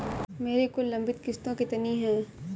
मेरी कुल लंबित किश्तों कितनी हैं?